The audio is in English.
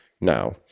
Now